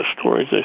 stories